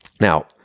now